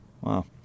Wow